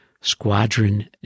Squadron